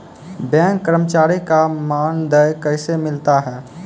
Bank कर्मचारी का मानदेय कैसे मिलता हैं?